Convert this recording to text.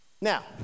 Now